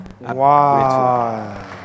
Wow